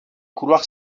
couloirs